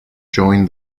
join